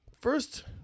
first